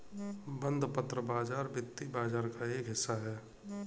बंधपत्र बाज़ार वित्तीय बाज़ार का एक हिस्सा है